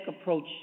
approach